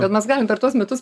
kad mes galim per tuos metus